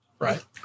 Right